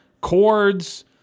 chords